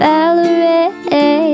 Valerie